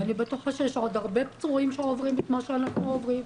ואני בטוחה שיש עוד הרבה פצועים שעוברים את מה שאנחנו עוברות,